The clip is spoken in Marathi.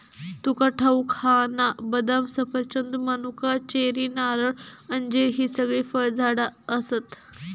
तुका ठाऊक हा ना, बदाम, सफरचंद, मनुका, चेरी, नारळ, अंजीर हि सगळी फळझाडा आसत